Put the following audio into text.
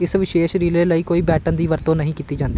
ਇਸ ਵਿਸ਼ੇਸ਼ ਰਿਲੇ ਲਈ ਕੋਈ ਬੈਟਨ ਦੀ ਵਰਤੋਂ ਨਹੀਂ ਕੀਤੀ ਜਾਂਦੀ